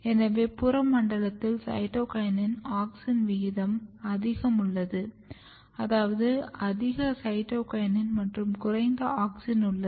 எனவே புற மண்டலத்தில் சைட்டோகினின் ஆக்ஸின் விகிதம் அதிகம் உள்ளது அதாவது அதிக சைட்டோகினின் மற்றும் குறைந்த ஆக்சின் உள்ளது